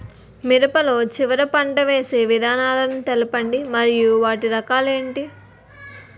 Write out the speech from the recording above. మిరప లో చివర పంట వేసి విధానాలను తెలపండి మరియు వాటి రకాలు ఏంటి